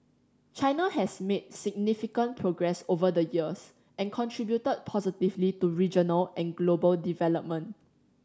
China has made significant progress over the years and contributed positively to regional and global development